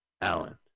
Alan